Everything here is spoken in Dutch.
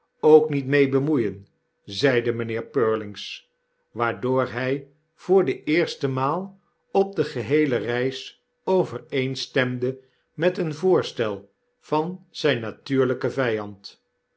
ook niet mee bemoeien zeide mynheer purling waardoor hy voor de eerste maal op de geheele reis overeenstemde met een voorstel van zijn natuurlpen vyand